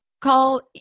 call